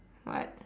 what